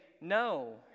no